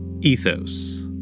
Ethos